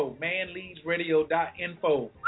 manleadsradio.info